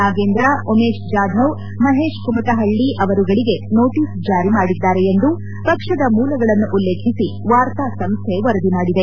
ನಾಗೇಂದ್ರ ಉಮೇಶ್ ಜಾದವ್ ಮಹೇಶ್ ಕುಮ್ಹಹಳ್ಳಿ ಅವರುಗಳಿಗೆ ನೋಟಸ್ ಜಾರಿ ಮಾಡಿದ್ದಾರೆ ಎಂದು ಪಕ್ಷದ ಮೂಲಗಳನ್ನು ಉಲ್ಲೇಖಿಸಿ ವಾರ್ತಾ ಸಂಸ್ಟೆ ವರದಿ ಮಾಡಿದೆ